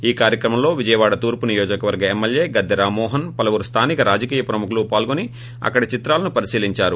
ఈ కార్యక్రమంలో విజయవాడ తూర్పు నియోజకవర్గ ఎమ్మెల్యే గద్దె రామ్మోహన్ పలువురు స్థానిక రాజకీయ ప్రముఖులు పాల్గొని అక్కడి చిత్రాలను పరిశీలించారు